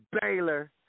Baylor